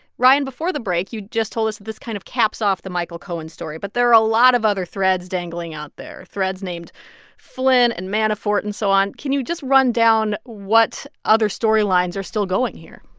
ryan, before the break, you just told us that this kind of caps off the michael cohen story. but there are a lot of other threads dangling out there threads named flynn and manafort and so on. can you just run down what other storylines are still going here?